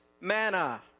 manna